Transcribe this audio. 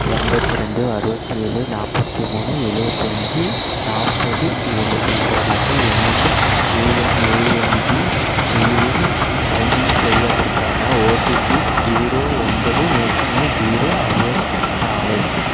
எண்பத்தி ரெண்டு அறுபத்தி ஏழு நாற்பத்தி மூணு எழுவத்தி அஞ்சு நாற்பது ஏழு என்ற மொபைல் எண்ணுக்கு யுஎம்ஏஎன்ஜி செயலின் சைனின் செய்வதற்கான ஓடிபி ஜீரோ ஒன்பது மூணு ஜீரோ அறுபத்தி நாலு